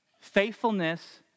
faithfulness